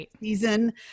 season